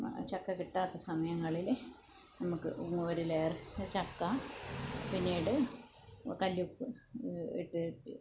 ചക്ക കിട്ടാത്ത സമയങ്ങളിൽ നമുക്ക് ഒരു ലയർ ചക്ക പിന്നീട് കല്ലുപ്പും ഇട്ടിട്ട്